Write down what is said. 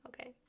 Okay